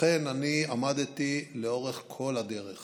לכן אני עמדתי לאורך כל הדרך,